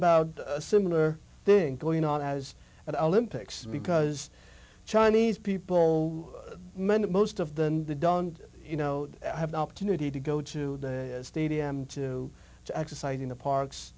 about a similar thing going on as an olympics because chinese people men most of the done you know have the opportunity to go to the stadium to exercise in the parks